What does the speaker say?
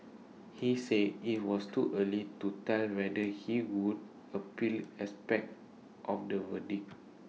he said IT was too early to tell whether he would appeal aspects of the verdict